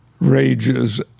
rages